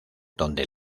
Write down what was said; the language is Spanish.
donde